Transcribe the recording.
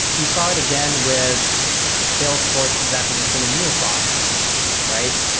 you saw it again with salesforce's acquisition of mulesoft, right?